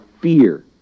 fear